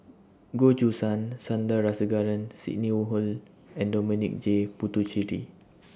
Goh Choo San Sandrasegaran Sidney Woodhull and Dominic J Puthucheary